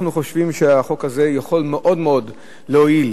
אנחנו חושבים שהחוק הזה יכול מאוד מאוד להועיל